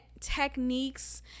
techniques